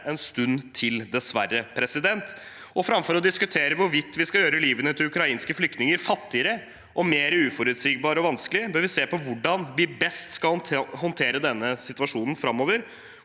en stund til, dessverre. Framfor å diskutere hvorvidt vi skal gjøre livet til ukrainske flyktninger fattigere og mer uforutsigbart og vanskelig, bør vi se på hvordan vi best skal håndtere denne situasjonen framover,